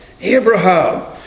Abraham